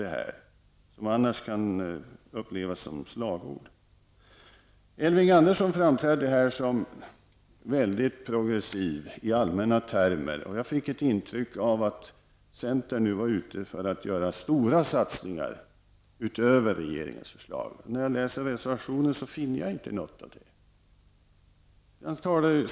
Det kan annars upplevas som slagord. Elving Andersson framträdde här som väldigt progressiv i allmänna termer. Jag fick ett intryck av att centern nu var ute för att göra stora satsningar utöver regeringens förslag. När jag läser reservationer finner jag inte något av det.